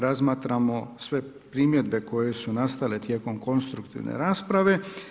Razmatramo sve primjedbe koje su nastale tijekom konstruktivne rasprave.